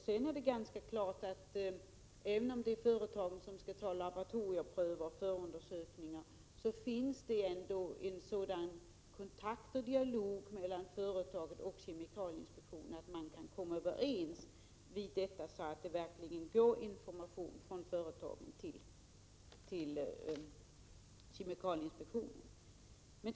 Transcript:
Sedan är det ganska klart, att även om det är företagen som skall ta laboratorieprover och företa undersökningar, finns det en sådan kontakt och dialog mellan företagen och kemikalieinspektionen att man kan komma överens, så att det verkligen går information från företagen till kemikalieinspektionen.